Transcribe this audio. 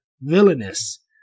villainous